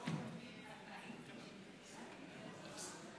את מוזמנת לפתוח את הדיון.